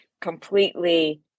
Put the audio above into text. completely